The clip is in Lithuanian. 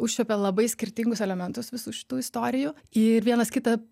užčiuopė labai skirtingus elementus visų šitų istorijų ir vienas kitą